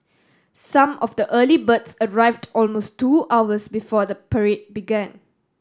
some of the early birds arrived almost two hours before the parade began